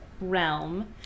realm